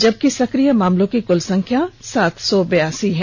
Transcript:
जबकि सक्रिय मामलों की कुल संख्या सात सौ बिरासी है